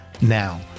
Now